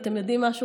ואתם יודעים משהו?